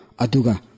Aduga